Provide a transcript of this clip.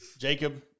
Jacob